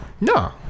No